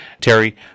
terry